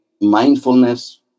mindfulness